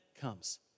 comes